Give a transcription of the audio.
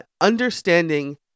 Understanding